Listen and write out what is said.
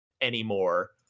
anymore